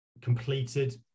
completed